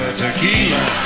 tequila